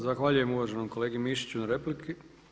Zahvaljujem uvaženom kolegi Mišiću na repliki.